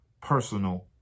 personal